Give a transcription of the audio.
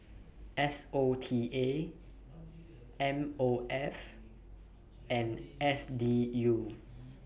S O T A M O F and S D U